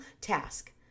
task